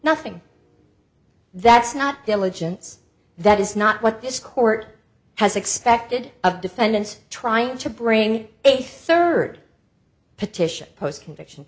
nothing that's not diligence that is not what this court has expected of defendant trying to bring a third petition post conviction